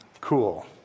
Cool